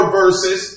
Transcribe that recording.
verses